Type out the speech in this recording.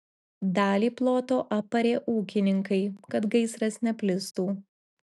dalį ploto aparė ūkininkai kad gaisras neplistų